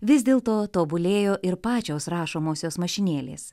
vis dėl to tobulėjo ir pačios rašomosios mašinėlės